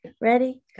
Ready